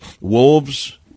wolves